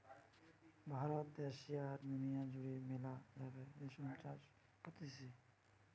ভারত দ্যাশে আর দুনিয়া জুড়ে মেলা জাগায় রেশম চাষ হতিছে